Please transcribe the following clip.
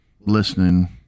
listening